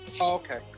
okay